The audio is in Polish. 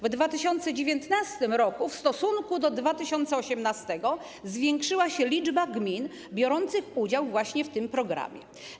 W 2019 r., w stosunku do 2018 r., zwiększyła się liczba gmin biorących udział w tym programie.